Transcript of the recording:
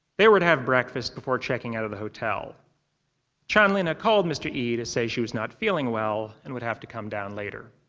they were to have breakfast before checking out of the hotel chanlina called mr. yi to say she was not feeling well and would have to come down later.